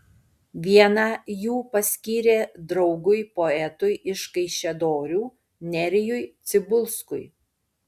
vieną jų paskyrė draugui poetui iš kaišiadorių nerijui cibulskui